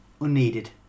unneeded